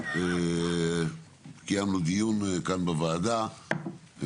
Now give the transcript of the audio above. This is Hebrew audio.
קיימנו דיון כאן בוועדה,